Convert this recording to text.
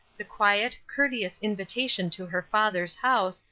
the quiet, courteous invitation to her father's house,